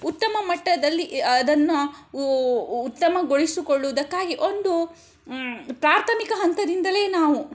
ಉತ್ತಮ ಮಟ್ಟದಲ್ಲಿ ಅದನ್ನು ಉತ್ತಮಗೊಳಿಸಿಕೊಳ್ಳುವುದಕ್ಕಾಗಿ ಒಂದು ಪ್ರಾರ್ಥಮಿಕ ಹಂತದಿಂದಲ್ಲೆ ನಾವು